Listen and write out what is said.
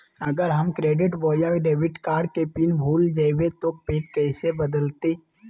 अगर हम क्रेडिट बोया डेबिट कॉर्ड के पिन भूल जइबे तो पिन कैसे बदलते?